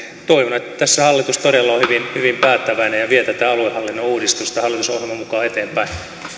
toivon että tässä hallitus todella on hyvin päättäväinen ja vie tätä aluehallinnon uudistusta hallitusohjelman mukaan eteenpäin